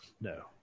No